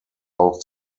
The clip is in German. auch